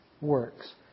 works